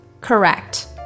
correct